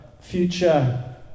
future